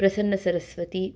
प्रसन्नसरस्वती